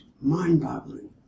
mind-boggling